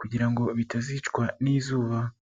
kugira ngo bitazicwa n'izuba.